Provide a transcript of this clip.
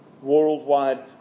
Worldwide